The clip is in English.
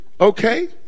okay